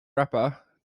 rapper